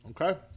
Okay